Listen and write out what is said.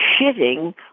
shitting